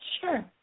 Sure